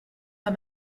pas